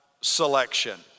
selection